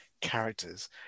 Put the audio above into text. characters